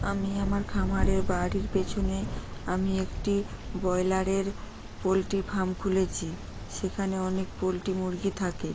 আমি আমার খামারের বাড়ির পেছনে আমি একটি ব্রয়লারের পোলট্রি ফার্ম খুলেছি সেখানে অনেক পোলট্রি মুরগি থাকে